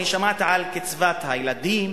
שמעתי על קצבת הילדים,